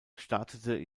startete